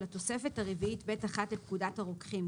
לתוספת הרביעית ב'1 לפקודת הרוקחים,